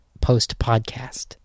post-podcast